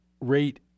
rate